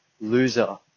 loser